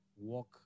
walk